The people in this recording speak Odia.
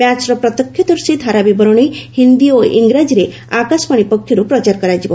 ମ୍ୟାଚ୍ର ପ୍ରତ୍ୟକ୍ଷଦର୍ଶୀ ଧାରାବିବରଣୀ ହିନ୍ଦୀ ଓ ଇଂରାଜୀରେ ଆକାଶବାଣୀ ପକ୍ଷର୍ ପ୍ରଚାର କରାଯିବ